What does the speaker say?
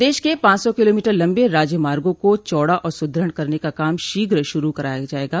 प्रदेश के पांच सौ किलोमीटर लम्बे राज्य मार्गो को चौड़ा और सुदृढ़ करने का काम शीघ्र श्रू कराया जायेगा